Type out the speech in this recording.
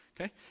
okay